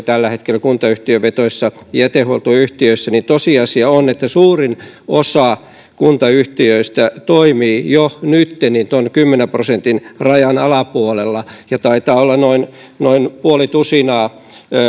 tällä hetkellä kuntayhtiövetoisissa jätehuoltoyhtiöissä tosiasia on että suurin osa kuntayhtiöistä toimii jo nytten tuon kymmenen prosentin rajan alapuolella ja taitaa olla noin noin puoli tusinaa